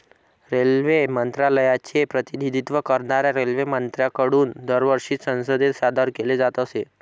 railway मंत्रालयाचे प्रतिनिधित्व करणाऱ्या रेल्वेमंत्र्यांकडून दरवर्षी संसदेत सादर केले जात असे